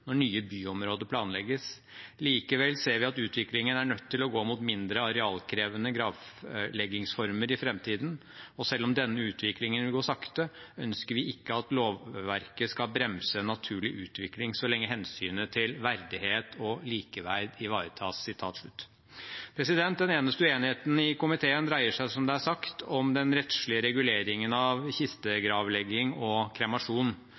når nye byområder planlegges. Likevel ser vi at utviklingen er nødt til å gå mot mindre arealkrevende gravleggingsformer i fremtiden, og selv om denne utviklingen vil gå sakte, ønsker vi ikke at lovverket skal bremse en naturlig utvikling så lenge hensynene til verdighet og likeverd ivaretas.» Den eneste uenigheten i komiteen dreier seg som sagt om den rettslige reguleringen av kistegravlegging og kremasjon.